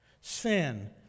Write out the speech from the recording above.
Sin